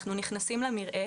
אנחנו נכנסים למרעה